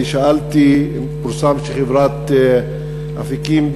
אני שאלתי: פורסם שחברת "אפיקים",